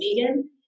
vegan